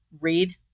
read